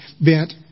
bent